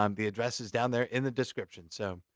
um the address is down there in the description. so,